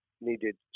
needed